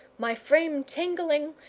my frame tingling,